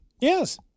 Yes